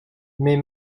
mes